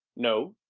no?